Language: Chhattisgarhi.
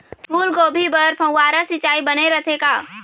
फूलगोभी बर फव्वारा सिचाई बने रथे का?